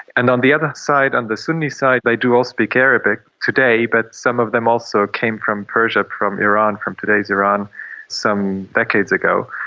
and on the other side, on the sunni side, they do all speak arabic today, but some of them also came from persia, from iran, from today's iran some decades ago.